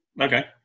Okay